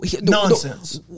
Nonsense